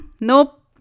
Nope